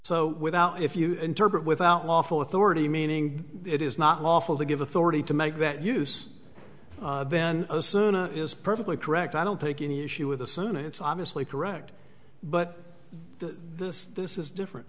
so without if you interpret without lawful authority meaning it is not lawful to give authority to make that use then osuna is perfectly correct i don't take any issue with assuming it's obviously correct but this this is different